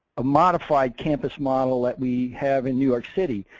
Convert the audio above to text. a modified campus model that we have in york city.